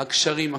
הקשרים,